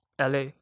LA